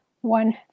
one